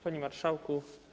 Panie Marszałku!